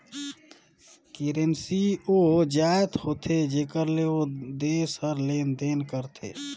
currency ओ जाएत होथे जेकर ले ओ देस हर लेन देन करथे